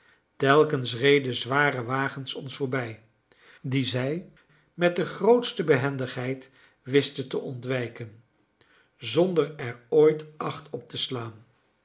telkens reden zware wagens ons voorbij die zij met de grootste behendigheid wisten te ontwijken zonder er ooit acht op te slaan